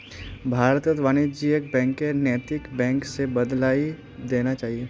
भारतत वाणिज्यिक बैंकक नैतिक बैंक स बदलइ देना चाहिए